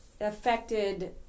affected